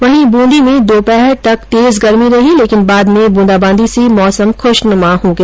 वहीं बूंदी में दोपहर ंतक तेज गर्मी रही लेकिन बाद में बूंदाबांदी से मौसम खुशनुमा हो गया